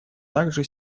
также